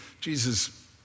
Jesus